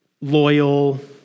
loyal